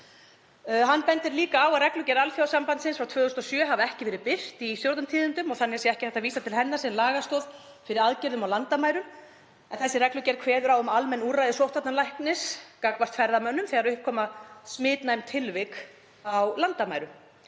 Páll bendir líka á að reglugerð alþjóðasambandsins frá 2007 hafi ekki verið birt í Stjórnartíðindum og þannig sé ekki hægt að vísa til hennar sem lagastoðar fyrir aðgerðum á landamærum en þessi reglugerð kveður á um almenn úrræði sóttvarnalæknis gagnvart ferðamönnum þegar upp koma smitnæm tilvik á landamærum.